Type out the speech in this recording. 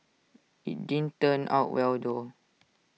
IT did turn out well though